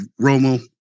Romo